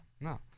No